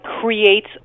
creates